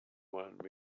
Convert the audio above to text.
want